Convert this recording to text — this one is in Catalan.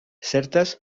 certes